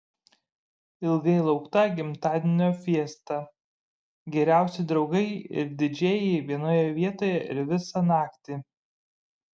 ilgai laukta gimtadienio fiesta geriausi draugai ir didžėjai vienoje vietoje ir visą naktį